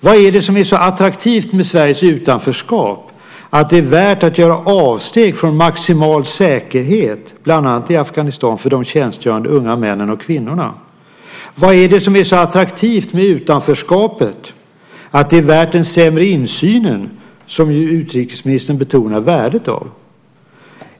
Vad är det som är så attraktivt med Sveriges utanförskap att det är värt att göra avsteg från maximal säkerhet för de tjänstgörande unga männen och kvinnorna i bland annat Afghanistan? Vad är det som är så attraktivt med utanförskapet att det är värt den sämre insynen, som utrikesministern ju betonar värdet av?